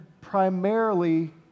primarily